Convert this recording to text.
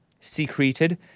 secreted